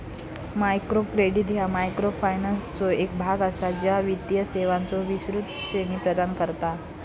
micro credit ह्या मायक्रोफायनान्सचो एक भाग असा, ज्या वित्तीय सेवांचो विस्तृत श्रेणी प्रदान करता